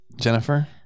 Jennifer